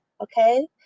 Okay